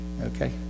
Okay